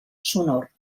sonor